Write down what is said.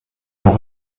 l’on